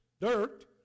dirt